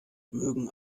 mögen